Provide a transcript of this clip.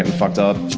and fucked up.